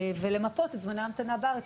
ולמפות את זמני ההמתנה בארץ.